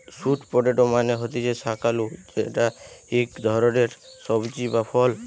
sweet potato মানে হতিছে শাক আলু যেটা ইক ধরণের সবজি বা ফল